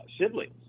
siblings